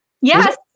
Yes